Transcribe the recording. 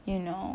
you know